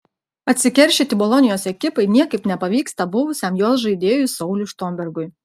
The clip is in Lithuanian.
atsikeršyti bolonijos ekipai niekaip nepavyksta buvusiam jos žaidėjui sauliui štombergui